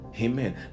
amen